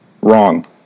Wrong